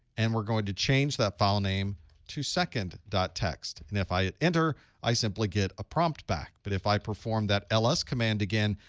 and we're going to change that file name to second txt. and if i hit enter, i simply get a prompt back, but if i perform that ls command again,